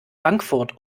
bankfurt